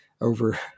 Over